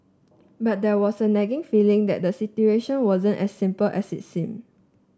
but there was a nagging feeling that the situation wasn't as simple as it seemed